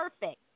perfect